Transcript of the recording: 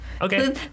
Okay